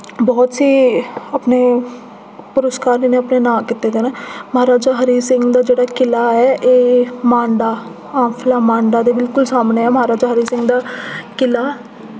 बहुत से अपने पुरस्कार इ'नें अपने नांऽ कीते दे न महाराजा हरि सिंह दा जेह्ड़ा किला ऐ एह् मांडा अम्बफल्ला मांडा दे बिल्कुल सामनै ऐ महाराजा हरि सिंह दा किला